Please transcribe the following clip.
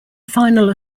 final